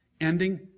Ending